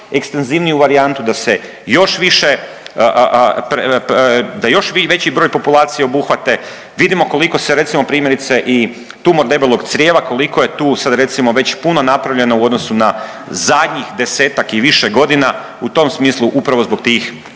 ekstenzivniju varijantu da se još više, da još veći broj populacije obuhvate. Vidimo koliko se recimo primjerice i tumor debelog crijeva koliko je tu sad recimo već puno napravljeno u odnosu na zadnjih desetak i više godina u tom smislu upravo zbog tih